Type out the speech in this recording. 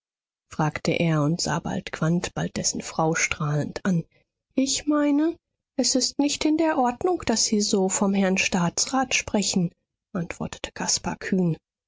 fragte er und sah bald quandt bald dessen frau strahlend an ich meine es ist nicht in der ordnung daß sie so vom herrn staatsrat sprechen antwortete